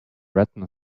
retina